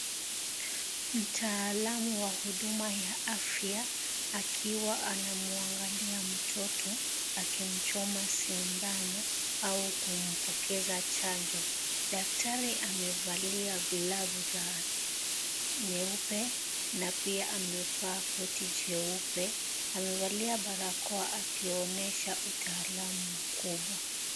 Mtaalamu wa huduma ya afya akiwa anamangalia mtoto akimchoma sindano au kumpokeza chanjo. Daktari amevalia glavu za nyeupe na pia amevaa koti jeupe, amevalia barakoa akionyesha utaalamu mkubwa.